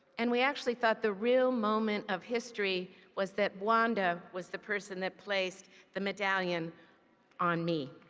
and we actually thought the real moment of history was that wanda was the person that placed the medallion on me.